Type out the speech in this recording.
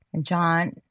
John